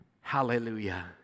Hallelujah